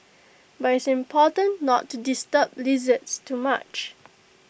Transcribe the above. but IT is important not to disturb lizards too much